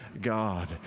God